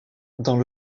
dans